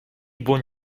buon